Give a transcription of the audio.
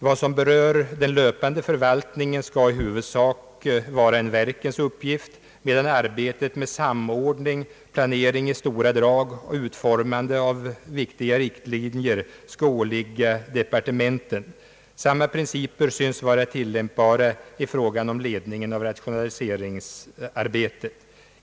Vad som berör den löpande förvaltningen skall i huvudsak vara verkets uppgift, medan arbetet med samordning, planering i stora drag och utformande av viktiga riktlinjer skall åligga departementen. Samma principer synes vara tillämpbara i fråga om ledningen av rationaliseringsarbetet.